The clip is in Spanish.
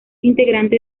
integrante